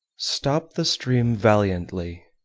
stop the stream valiantly,